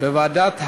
בוועדת העבודה,